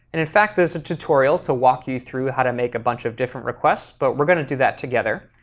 and in fact there's a tutorial to walk you through how to make a bunch of different requests, but we're going to do that together.